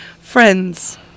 friends